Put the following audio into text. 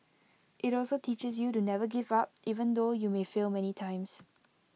IT also teaches you to never give up even though you may fail many times